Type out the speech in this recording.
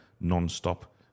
non-stop